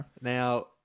Now